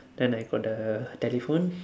then I got the telephone